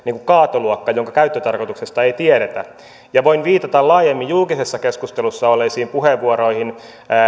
kaatoluokka jonka käyttötarkoituksesta ei tiedetä ja voin viitata laajemmin julkisessa keskustelussa olleisiin puheenvuoroihin